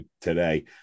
today